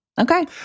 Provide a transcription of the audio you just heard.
Okay